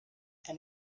and